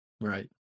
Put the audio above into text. right